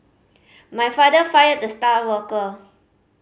my father fired the star worker